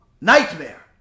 Nightmare